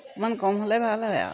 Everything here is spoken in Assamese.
অকণমান কম হ'লে ভাল হয় আৰু